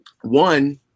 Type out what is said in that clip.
one